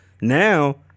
Now